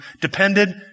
depended